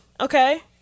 Okay